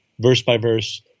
verse-by-verse